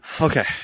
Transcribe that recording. Okay